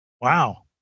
wow